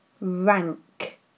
Rank